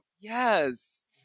yes